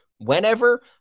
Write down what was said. whenever